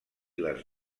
les